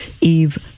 Eve